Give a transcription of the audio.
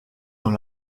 dans